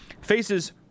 faces